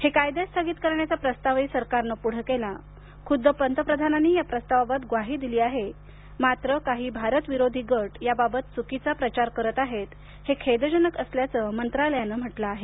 हे कायदे स्थगित करण्याचा प्रस्तावही सरकारनं पुढे केला खुद्द पंतप्रधानांनी या प्रस्तावाबाबत ग्वाही दिली आहे मात्र काही भारतविरोधी गट याबाबत चुकीचा प्रचार करत आहेत हे खेदजनक असल्याचं मंत्रालयानं म्हटलं आहे